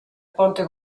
ponte